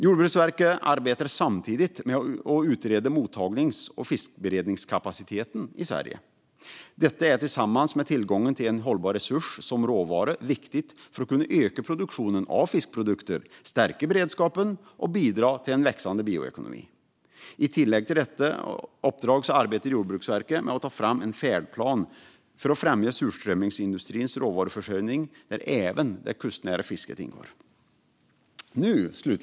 Jordbruksverket arbetar samtidigt med att utreda mottagnings och fiskberedningskapaciteten i Sverige. Detta är tillsammans med tillgången till en hållbar resurs som råvara viktigt för att kunna öka produktionen av fiskprodukter, stärka beredskapen och bidra till en växande bioekonomi. I tillägg till detta uppdrag arbetar Jordbruksverket med att ta fram en färdplan för att främja surströmmingsindustrins råvaruförsörjning där även det kustnära fisket ingår.